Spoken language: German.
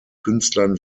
künstlern